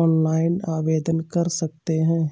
Online आवेदन कर सकते हैं?